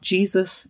Jesus